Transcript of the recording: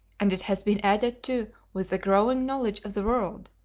and it has been added to with the growing knowledge of the world,